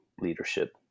leadership